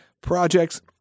projects